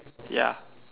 ya